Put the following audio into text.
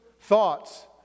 thoughts